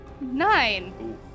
Nine